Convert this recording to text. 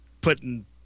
putting